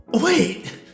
Wait